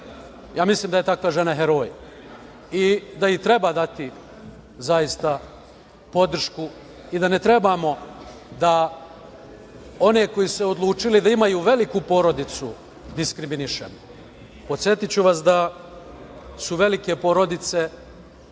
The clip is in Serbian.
ja mislim da je takva žena heroj i da treba dati podršku i da ne trebamo da one koji su se odlučili da imaju veliku porodicu diskriminišemo. Podsetiću vas da su velike porodice